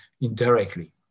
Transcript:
indirectly